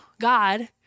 God